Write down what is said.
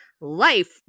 Life